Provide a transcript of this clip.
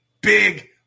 big